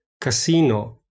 casino